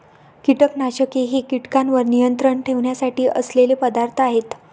कीटकनाशके हे कीटकांवर नियंत्रण ठेवण्यासाठी असलेले पदार्थ आहेत